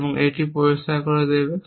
এবং এটি পরিষ্কার করে দেবে